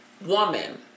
woman